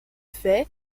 fait